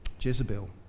Jezebel